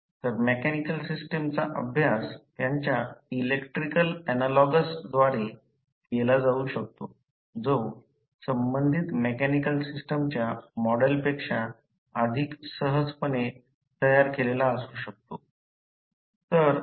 तर मेकॅनिकल सिस्टमचा अभ्यास त्यांच्या इलेक्ट्रिकल ऍनालॉगसद्वारे केला जाऊ शकतो जो संबंधित मेकॅनिकल सिस्टमच्या मॉडेल पेक्षा अधिक सहजपणे तयार केलेला असू शकतो